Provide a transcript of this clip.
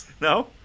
No